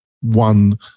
one